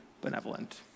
benevolent